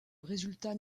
résultat